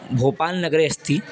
भोपाल् नगरे अस्ति